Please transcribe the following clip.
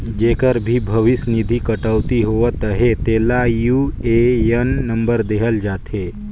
जेकर भी भविस निधि कटउती होवत अहे तेला यू.ए.एन नंबर देहल जाथे